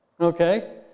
Okay